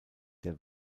der